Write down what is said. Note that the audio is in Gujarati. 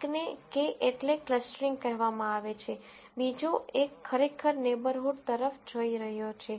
એકને K એટલે ક્લસ્ટરીંગ કહેવામાં આવે છે બીજો એક ખરેખર નેબરહુડ તરફ જોઈ રહ્યો છે